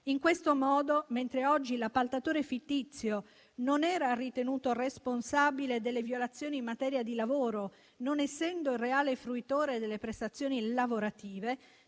In questo modo, mentre oggi l'appaltatore fittizio non era ritenuto responsabile delle violazioni in materia di lavoro, non essendo il reale fruitore delle prestazioni lavorative,